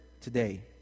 today